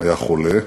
היה חולה,